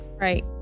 Right